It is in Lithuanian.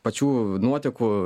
pačių nuotekų